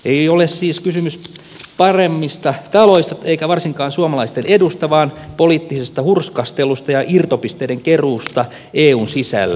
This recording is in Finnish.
ei ole siis kysymys paremmista taloista eikä varsinkaan suomalaisten edusta vaan poliittisesta hurskastelusta ja irtopisteiden keruusta eun sisällä